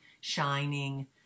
shining